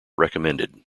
recommended